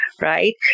right